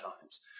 times